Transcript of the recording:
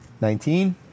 Nineteen